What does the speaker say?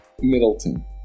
Middleton